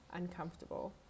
uncomfortable